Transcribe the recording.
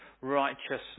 righteousness